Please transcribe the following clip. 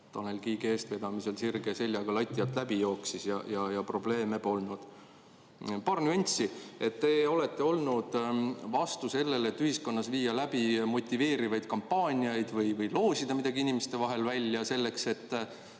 Tanel Kiige eestvedamisel sirge seljaga lati alt läbi jooksnud ja probleeme nagu pole olnud. Paar nüanssi. Te olete olnud vastu sellele, et ühiskonnas viia läbi motiveerivaid kampaaniaid või loosida midagi inimeste vahel välja. Mitmed